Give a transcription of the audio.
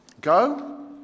Go